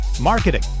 marketing